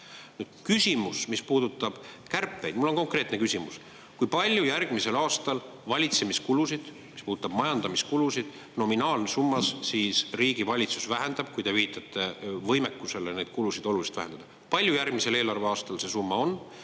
Küsimus, mis puudutab kärpeid, mul on konkreetne küsimus. Kui palju järgmisel aastal riigi valitsus valitsemiskulusid, mis puudutab majandamiskulusid, nominaalsummas vähendab, kui te viitate võimekusele neid kulusid oluliselt vähendada? Palju järgmisel eelarveaastal see summa on?